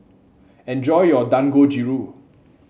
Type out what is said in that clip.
enjoy your Dangojiru